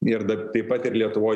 ir dar taip pat ir lietuvoj